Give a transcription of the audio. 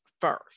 first